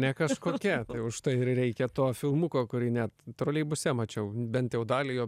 ne kažkokia užtai ir reikia to filmuko kurį net troleibuse mačiau bent dalį jo